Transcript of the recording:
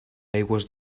aigües